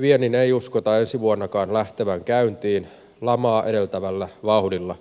viennin ei uskota ensi vuonnakaan lähtevän käyntiin lamaa edeltävällä vauhdilla